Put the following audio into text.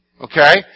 Okay